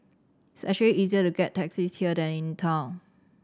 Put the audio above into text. easier to get taxis here than in town